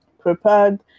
prepared